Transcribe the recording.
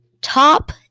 Top